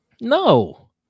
No